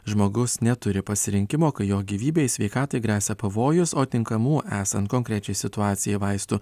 žmogus neturi pasirinkimo kai jo gyvybei sveikatai gresia pavojus o tinkamų esant konkrečiai situacijai vaistų